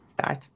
Start